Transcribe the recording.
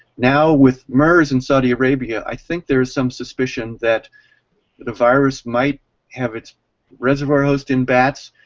now, with mers in saudi arabia, i think there is some suspicion that the virus might have it's reservoir host in bats,